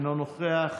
אינו נוכח,